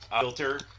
filter